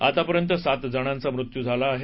आतापर्यंत सात जणांचा मृत्यू झाला आहे